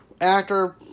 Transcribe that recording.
actor